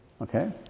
Okay